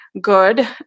good